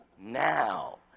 now